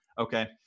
Okay